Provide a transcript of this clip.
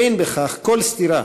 אין בכך כל סתירה,